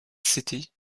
city